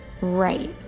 Right